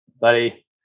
buddy